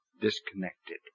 disconnected